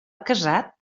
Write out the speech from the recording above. casat